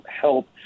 help